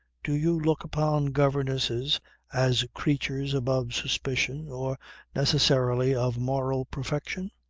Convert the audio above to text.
do you look upon governesses as creatures above suspicion or necessarily of moral perfection?